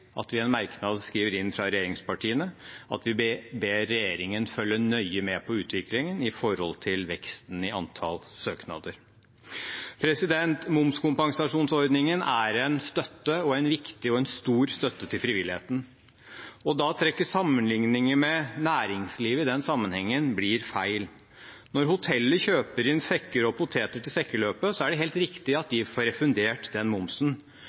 vi i en merknad fra regjeringspartiene at vi ber regjeringen følge nøye med på utviklingen i veksten i antall søknader. Momskompensasjonsordningen er en viktig og stor støtte til frivilligheten. Og da å trekke sammenlikninger med næringslivet i den sammenhengen blir feil. Når hoteller kjøper inn sekker og poteter til sekkeløpet, er det helt riktig at de får refundert den momsen,